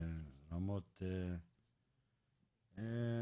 ברמות קשות.